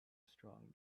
strong